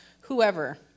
whoever